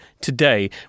today